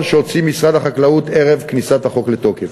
שהוציא משרד החקלאות ערב כניסת החוק לתוקף.